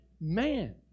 man